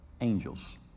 angels